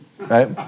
Right